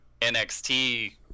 NXT